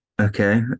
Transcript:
okay